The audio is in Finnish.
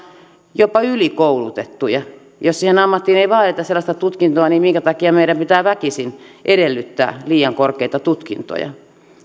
jopa ylikoulutettuja jos siihen ammattiin ei vaadita sellaista tutkintoa niin minkä takia meidän pitää väkisin edellyttää liian korkeita tutkintoja